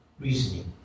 reasoning